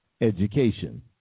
education